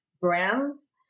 brands